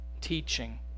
teaching